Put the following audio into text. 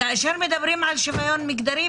כאשר מדברים על שוויון מגדרי,